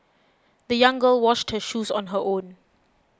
the young girl washed her shoes on her own